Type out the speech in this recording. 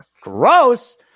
Gross